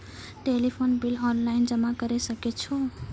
Telephone bill online जमा करै सकै छौ?